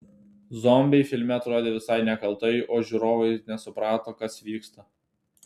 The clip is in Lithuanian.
zombiai filme atrodė visai nekaltai o žiūrovai nesuprato kas vyksta